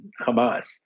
Hamas